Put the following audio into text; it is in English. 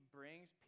brings